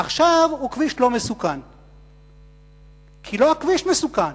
עכשיו הוא כביש לא מסוכן, כי לא הכביש מסוכן,